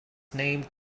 named